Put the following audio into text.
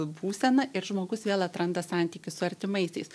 būseną ir žmogus vėl atranda santykį su artimaisiais